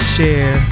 Share